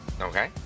Okay